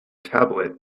tablet